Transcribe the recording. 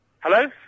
Hello